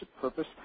purpose